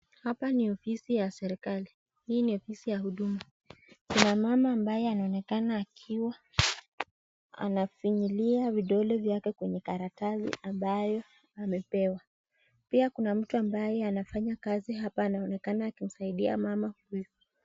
Hapa ni ofisi ya serikali, hii ni ofisi ya huduma. Kuna mama ambaye anaonekana akiwa anafinyilia vidole vyake kwenye karatasi ambayo amepewa pia kuna mtu ambaye anafanya kazi hapa anaonekana akimsaidia mama huyu.